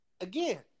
again